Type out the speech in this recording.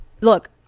Look